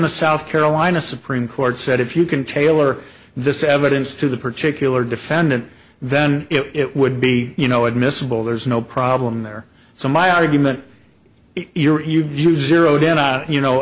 the south carolina supreme court said if you can tailor this evidence to the particular defendant then it would be you know admissible there's no problem there so my argument is you're you'd use euro denial you know